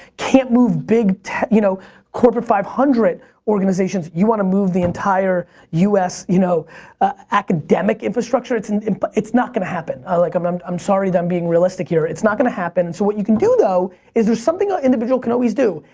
can't move big you know corporate five hundred organizations. you wanna move the entire us you know academic infrastructure. it's and and but it's not gonna happen. ah like i'm i'm sorry that i'm being realistic here. it's not gonna happen. what you can do though is there's something an ah individual can always do.